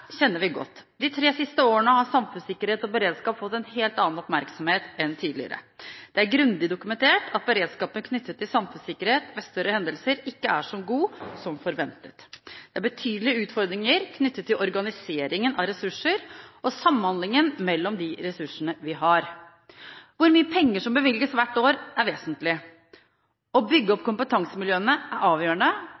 kjenner vi godt. De tre siste årene har samfunnssikkerhet og beredskap fått en helt annen oppmerksomhet enn tidligere. Det er grundig dokumentert at beredskapen knyttet til samfunnssikkerhet ved større hendelser ikke er så god som forventet. Det er betydelige utfordringer knyttet til organiseringen av ressurser og samhandlingen mellom de ressursene vi har. Hvor mye penger som bevilges hvert år, er vesentlig. Å bygge opp